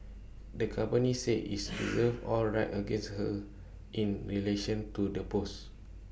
the company said it's reserves all rights against her in relation to the post